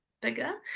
bigger